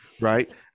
Right